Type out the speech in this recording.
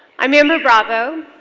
i'm amber bravo